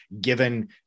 given